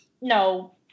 No